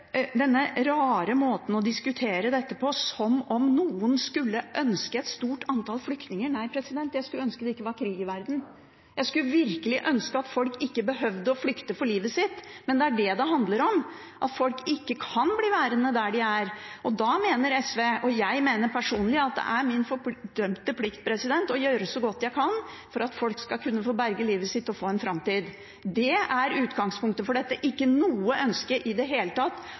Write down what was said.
på, som om noen skulle ønske et stort antall flyktninger! Nei, jeg skulle ønske det ikke var krig i verden. Jeg skulle virkelig ønske at folk ikke behøvde å flykte for livet sitt. Men det er det det handler om – at folk ikke kan bli værende der de er. Da mener SV – og jeg mener personlig – at det er vår fordømte plikt å gjøre så godt vi kan for at folk skal få berge livet sitt og ha en framtid. Det er utgangspunktet for dette, ikke noe ønske i det hele tatt